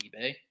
ebay